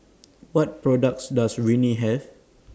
What products Does Rene Have